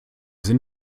sind